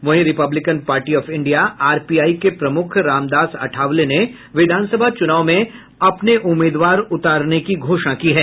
वहीं Republican party of India R P I के प्रमुख रामदास अठावले ने विधानसभा चुनाव में अपने उम्मीदवार उतारने की घोषणा की है